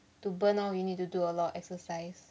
to burn off you need to do a lot of exercise